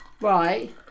right